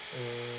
mm